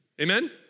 Amen